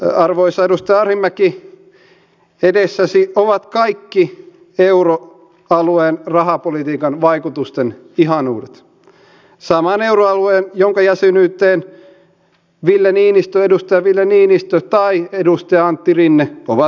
arvoisa edustaja arhinmäki edessäsi ovat kaikki euroalueen rahapolitiikan vaikutusten ihanuudet saman euroalueen jonka jäsenyyteen edustaja ville niinistö tai edustaja antti rinne ovat sitoutuneet